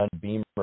Beamer